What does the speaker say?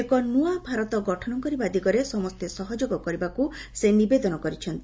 ଏକ ନୂଆ ଭାରତ ଗଠନ କରିବା ଦିଗରେ ସମସ୍ତେ ସହଯୋଗ କରିବାକୁ ସେ ନିବେଦନ କରିଛନ୍ତି